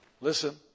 Listen